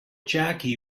jackie